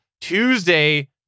Tuesday